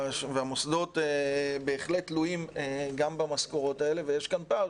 המוסדות בהחלט תלויים גם במשכורות האלה ויש כאן פער